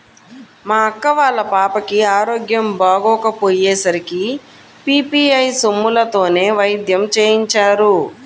మా అక్క వాళ్ళ పాపకి ఆరోగ్యం బాగోకపొయ్యే సరికి పీ.పీ.ఐ సొమ్ములతోనే వైద్యం చేయించారు